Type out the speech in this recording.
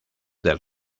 del